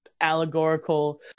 allegorical